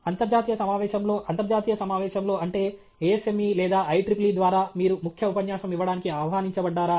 అంతర్జాతీయ సమావేశంలో అంతర్జాతీయ సమావేశంలో అంటే ASME లేదా IEEE ద్వారా మీరు ముఖ్య ఉపన్యాసం ఇవ్వడానికి ఆహ్వానించబడ్డారా